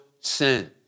sin